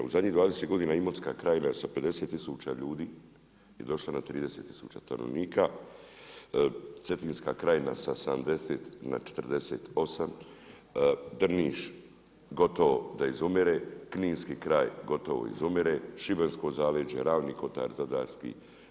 U zadnjih 20 godina Imotska krajina sa 50 tisuća ljudi je došlo na 30 tisuća stanovnika, Cetinska krajina sa 70 na 48, Drniš gotovo da izmire, kninski kraj gotovo izumire, šibensko zaleđe, Ravni kotari zadarski.